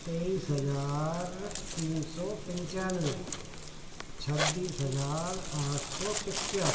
तेईस हज़ार तीन सौ पंचानवे छब्बीस हज़ार आठ सौ पचासी